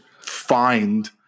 find